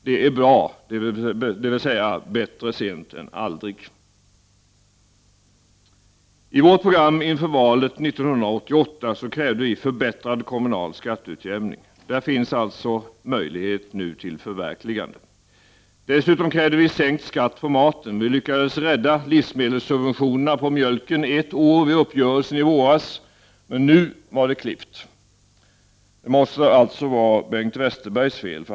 Det är bra — bättre sent än aldrig! I vårt program inför valet 1988 krävde vi förbättrad kommunal skatteutjämning. Där finns nu alltså möjlighet till förverkligande. Dessutom krävde vi sänkt skatt på maten. Vi lyckades rädda livsmedelssubventionerna på mjölken ett år vid uppgörelsen i våras. Men nu var det klippt. Det måste alltså vara Bengt Westerbergs fel.